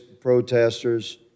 protesters